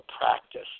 practice